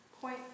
point